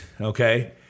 okay